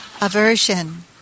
Aversion